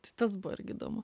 tai tas buvo irgi įdomu